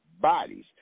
bodies